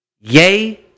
Yay